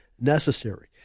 necessary